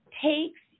takes